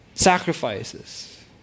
Sacrifices